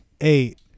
eight